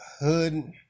hood